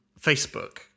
Facebook